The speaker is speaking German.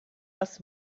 was